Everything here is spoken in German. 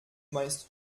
meinst